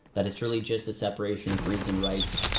that it's really just a separation of reads and writes.